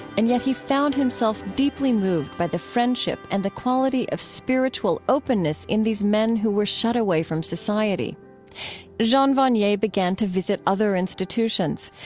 and yet he found himself deeply moved by the friendship and the quality of spiritual openness in these men who were shut away from society jean vanier began to visit other institutions.